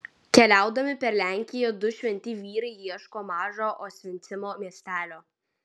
keliaudami per lenkiją du šventi vyrai ieško mažo osvencimo miestelio